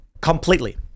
completely